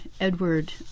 Edward